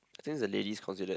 I think is the lady considered